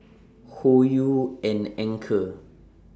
Hoyu and Anchor